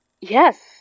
Yes